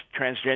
transgender